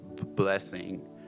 blessing